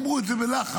ואמרו את זה בלחש,